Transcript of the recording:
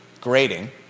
grading